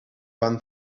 pan